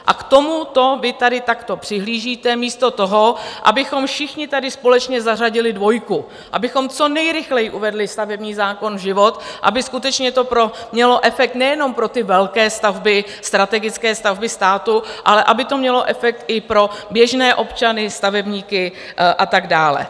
A k tomuto vy tady takto přihlížíte, místo toho abychom všichni tady společně zařadili dvojku, abychom co nejrychleji uvedli stavební zákon v život, aby skutečně to mělo efekt nejenom pro velké stavby, strategické stavby státu, ale aby to mělo efekt i pro běžné občany, stavebníky a tak dále.